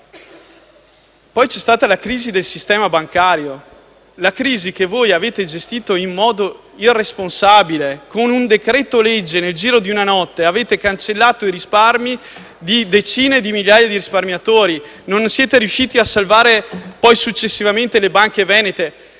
Poi c'è stata la crisi del sistema bancario, una crisi che voi avete gestito in modo irresponsabile. Con un decreto-legge, nel giro di una notte, avete cancellato i risparmi di decine di migliaia di risparmiatori. Non siete riusciti a salvare, poi successivamente, le banche venete,